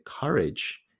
courage